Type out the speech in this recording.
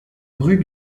rue